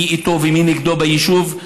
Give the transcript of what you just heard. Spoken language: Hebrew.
מי איתו ומי נגדו ביישוב?